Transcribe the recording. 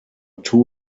two